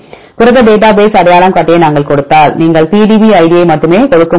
புரத டேட்டாபேஸ் அடையாளங்காட்டியை நாங்கள் கொடுத்தால் நீங்கள் PDP id யை மட்டுமே கொடுக்க முடியும்